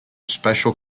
special